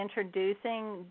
introducing